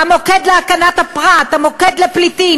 "המוקד להגנת הפרט"; המוקד לפליטים,